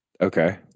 okay